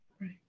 right